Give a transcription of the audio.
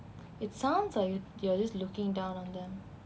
it sounds like you you are just looking down on them